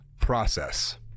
process